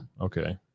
okay